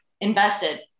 invested